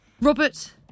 robert